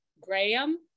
Graham